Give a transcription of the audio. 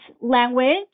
language